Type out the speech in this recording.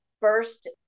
first